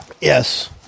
yes